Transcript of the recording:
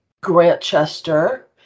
Grantchester